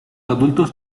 adultos